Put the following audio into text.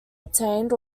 obtained